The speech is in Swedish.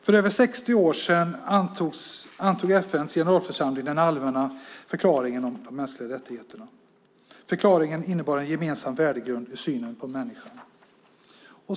För över 60 år sedan antog FN:s generalförsamling den allmänna förklaringen om de mänskliga rättigheterna. Förklaringen innebar en gemensam värdegrund för synen på människan.